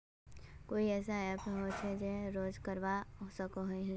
कोई ऐसा ऐप होचे जहा से रोज बाजार दर पता करवा सकोहो ही?